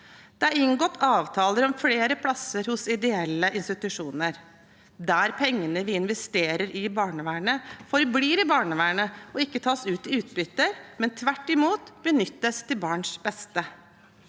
Det er inngått avtaler om flere plasser hos ideelle institusjoner der pengene vi investerer i barnevernet, forblir i barnevernet og ikke tas ut i utbytte, men tvert imot benyttes til barns beste.